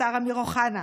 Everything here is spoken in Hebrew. לשר אמיר אוחנה,